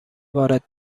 وارد